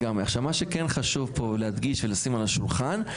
מה שכן חשוב פה להדגיש ולשים על השולחן,